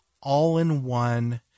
All-in-One